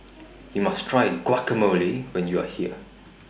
YOU must Try Guacamole when YOU Are here